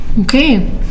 okay